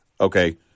okay